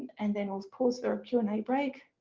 and then we'll pause for a q and a break,